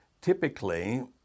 Typically